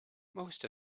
most